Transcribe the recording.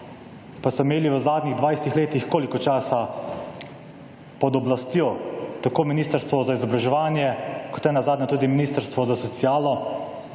pa so imeli v zadnjih dvajsetih letih koliko časa pod oblastjo, tako Ministrstvo za izobraževanje, kot nenazadnje tudi Ministrstvo za socialo